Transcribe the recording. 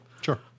Sure